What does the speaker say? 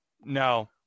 No